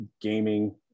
gaming